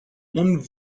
اون